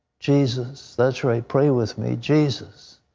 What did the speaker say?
jesus that's right, pray with me. jesus,